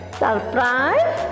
surprise